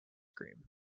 cream